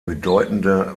bedeutende